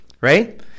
right